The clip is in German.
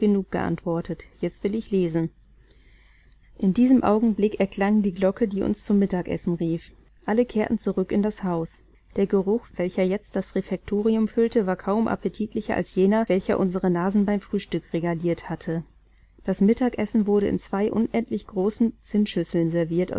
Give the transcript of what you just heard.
geantwortet jetzt will ich lesen in diesem augenblick erklang die glocke die uns zum mittagessen rief alle kehrten zurück in das haus der geruch welcher jetzt das refektorium füllte war kaum appetitlicher als jener welcher unsere nasen beim frühstück regaliert hatte das mittagessen wurde in zwei unendlich großen